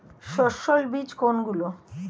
সস্যল বীজ কোনগুলো?